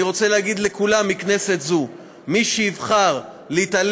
אני רוצה להגיד לכולם בכנסת זו: מי שיבחר להתעלל